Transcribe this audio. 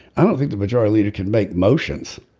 i don't think the majority leader can make motions